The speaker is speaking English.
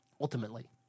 ultimately